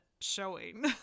showing